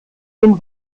den